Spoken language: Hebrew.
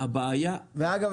אגב,